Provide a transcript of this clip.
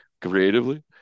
creatively